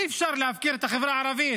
אי-אפשר להפקיר את החברה הערבית